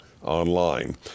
Online